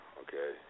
okay